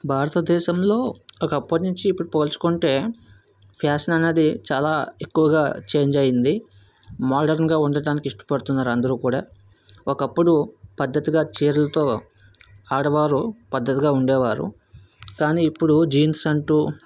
భారతదేశంలో ఒకప్పటి నుంచి ఇప్పుడు పోల్చుకుంటే ఫ్యాషన్ అనేది చాలా ఎక్కువగా చేంజ్ అయింది మోడర్న్గా ఉండటానికి ఇష్టపడుతున్నారు అందరు కూడా ఒకప్పుడు పద్దతిగా చీరలతో ఆడవారు పద్దతిగా ఉండేవారు కానీ ఇప్పుడు జీన్స్ అంటు